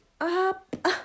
up